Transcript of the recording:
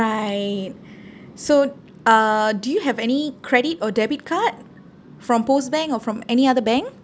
right so uh do you have any credit or debit card from POSB bank or from any other bank